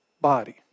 body